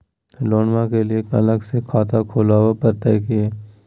लोनमा के लिए अलग से खाता खुवाबे प्रतय की?